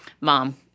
mom